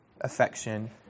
affection